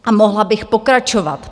A mohla bych pokračovat.